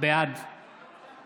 בעד